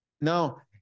Now